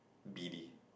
B D